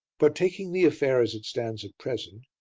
but, taking the affair as it stands at present,